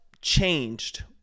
changed